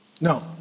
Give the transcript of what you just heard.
No